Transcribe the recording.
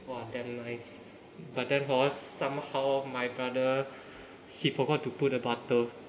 !wah! damn nice but then hor somehow my brother he forgot to put the butter